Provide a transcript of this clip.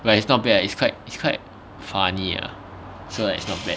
but it's not bad it's quite it's quite funny ah so like it's not bad